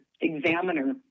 Examiner